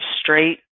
straight